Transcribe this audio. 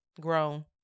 grown